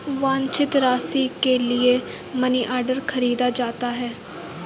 वांछित राशि के लिए मनीऑर्डर खरीदा जाता है